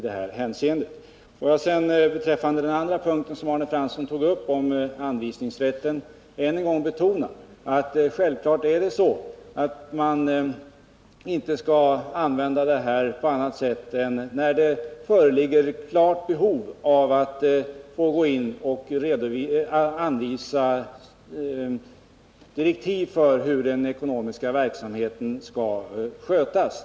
Låt mig sedan beträffande den andra punkten som Arne Fransson tog upp, den om anvisningsrätten, än en gång betona att självklart skall man inte använda den rätten annat än när det föreligger behov av att gå in och ge direktiv för hur den ekonomiska verksamheten skall skötas.